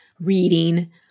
reading